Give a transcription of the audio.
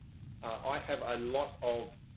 i have a lot of